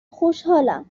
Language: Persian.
خوشحالم